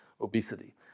obesity